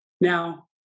Now